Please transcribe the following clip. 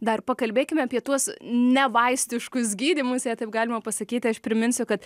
dar pakalbėkime apie tuos nevaistiškus gydymus jei taip galima pasakyti aš priminsiu kad